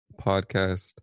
podcast